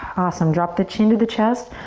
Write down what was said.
awesome, drop the chin to the chest.